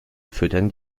füttern